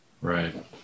Right